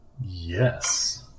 yes